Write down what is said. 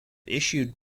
issued